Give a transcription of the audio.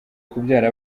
kubyara